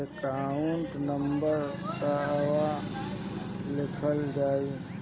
Account number कहवा लिखल जाइ?